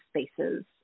spaces